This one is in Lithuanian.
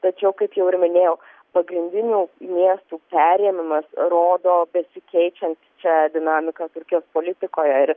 tačiau kaip jau ir minėjau pagrindinių miestų perėmimas rodo besikeičiančią dinamiką turkijos politikoje ir